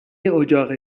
اجاق